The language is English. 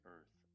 Earth